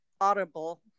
audible